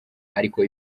ariko